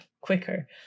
quicker